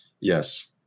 Yes